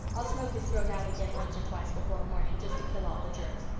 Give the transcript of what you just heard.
i'll smoke his throat out again once or twice before morning, just to kill all the germs,